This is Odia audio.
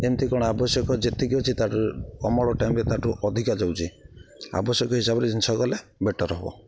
ଏମିତି କ'ଣ ଆବଶ୍ୟକ ଯେତିକି ଅଛି ତା'ଠୁ ଅମଳ ଟାଇମ୍ରେ ତା'ଠୁ ଅଧିକା ଯାଉଛି ଆବଶ୍ୟକ ହିସାବରେ ଜିନିଷ ଗଲେ ବେଟର୍ ହବ